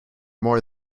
more